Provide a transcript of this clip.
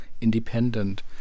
independent